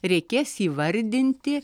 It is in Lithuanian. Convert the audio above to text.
reikės įvardinti